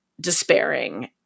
despairing